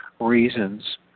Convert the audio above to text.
reasons